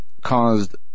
caused